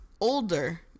older